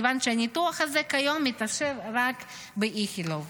כיוון שהניתוח הזה כיום מתאפשר רק באיכילוב.